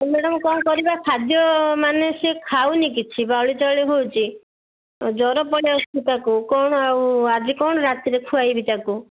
ହଁ ମ୍ୟାଡ଼ାମ୍ କ'ଣ କରିବା ଖାଦ୍ୟ ମାନେ ସେ ଖାଉନି କିଛି ବାଉଳି ଚାଉଳି ହେଉଛି ଜ୍ଵର ପଳାଇ ଆସୁଛି ତା'କୁ କ'ଣ ଆଉ ଆଜି ରାତିରେ କ'ଣ ଖୁଆଇବି ତା'କୁ